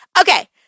Okay